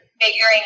figuring